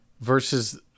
versus